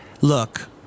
Look